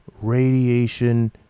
radiation